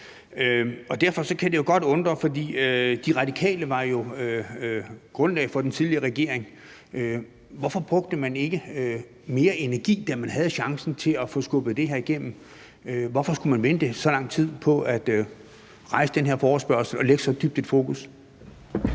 meget med igennem flere år. Radikale var jo grundlag for den tidligere regering, og derfor kan det godt undre, hvorfor man ikke brugte mere energi, da man havde chancen, på at få skubbet det her igennem. Hvorfor skulle man vente så lang tid på at rejse den her forespørgsel og lægge så dybt et fokus?